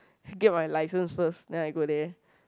get my licence first then I go there